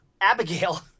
Abigail